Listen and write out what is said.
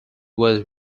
was